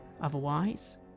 Otherwise